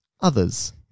others